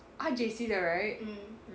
她 J_C 的 right